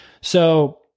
So-